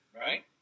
right